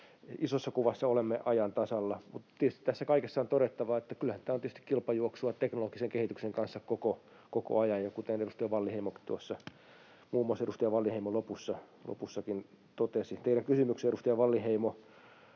isossa kuvassa olemme ajan tasalla. Mutta tietysti tässä kaikessa on todettava, että kyllähän tämä on tietysti kilpajuoksua teknologisen kehityksen kanssa koko ajan, kuten muun muassa edustaja Wallinheimo lopussa totesi. Teidän kysymyksenne, edustaja Wallinheimo,